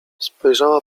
spojrzała